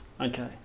Okay